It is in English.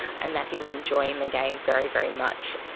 and that he was enjoying the game very, very much.